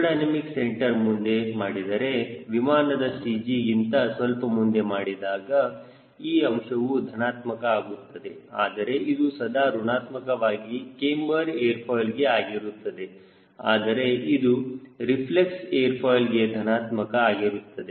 c ಮುಂದೆ ಮಾಡಿದರೆ ವಿಮಾನದ CGಗಿಂತ ಸ್ವಲ್ಪ ಮುಂದೆ ಮಾಡಿದಾಗ ಈ ಅಂಶವು ಧನಾತ್ಮಕ ಆಗುತ್ತದೆ ಆದರೆ ಇದು ಸದಾ ಋಣಾತ್ಮಕವಾಗಿ ಕ್ಯಾಮ್ಬರ್ ಏರ್ ಫಾಯ್ಲ್ ಗೆ ಆಗಿರುತ್ತದೆ ಆದರೆ ಅದು ರಿಫ್ಲೆಕ್ಸ್ ಏರ್ ಫಾಯ್ಲ್ ಗೆ ಧನಾತ್ಮಕ ಆಗಿರುತ್ತದೆ